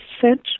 sent